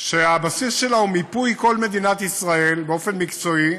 שהבסיס שלה הוא מיפוי כל מדינת ישראל באופן מקצועי,